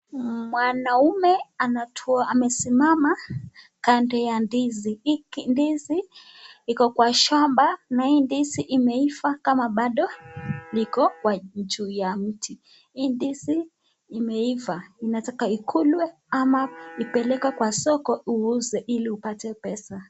Mwanaume amesimama kando ya ndizi. Hii ndizi iko kwa shamba na hii ndizi imeiva kama bado liko juu ya mti. Hii ndizi imeiva, inataka ikulwe ama ipelekwa kwa soko uuze ili upate pesa.